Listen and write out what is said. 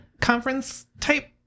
conference-type